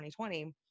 2020